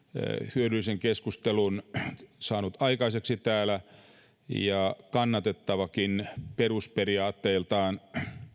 hyödyllisen keskustelun saanut aikaiseksi täällä ja kannatettavakin perusperiaatteiltaan